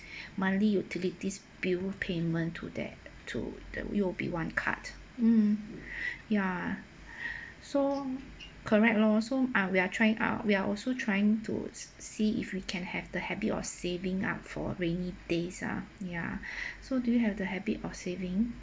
monthly utilities bill payment to that to the U_O_B one card mm ya so correct lor so ah we are trying ah we are also trying to s~ see if we can have the habit of saving up for rainy days ah ya so do you have the habit of saving